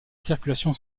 circulation